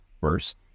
first